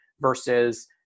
versus